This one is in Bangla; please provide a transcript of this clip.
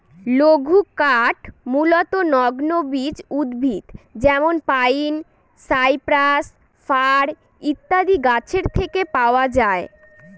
লঘুকাঠ মূলতঃ নগ্নবীজ উদ্ভিদ যেমন পাইন, সাইপ্রাস, ফার ইত্যাদি গাছের থেকে পাওয়া যায়